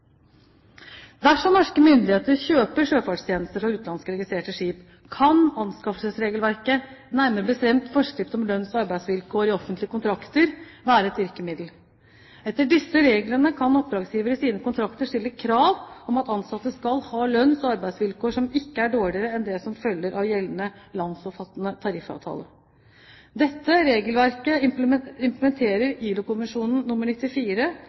Dersom norske myndigheter kjøper sjøfartstjenester fra utenlandsk registrerte skip, kan anskaffelsesregelverket, nærmere bestemt forskrift om lønns- og arbeidsvilkår i offentlige kontrakter, være et virkemiddel. Etter disse reglene kan oppdragsgiver i sine kontrakter stille krav om at ansatte skal ha lønns- og arbeidsvilkår som ikke er dårligere enn det som følger av gjeldende landsomfattende tariffavtale. Dette regelverket implementerer ILO-konvensjon nr. 94,